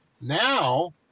Now